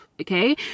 okay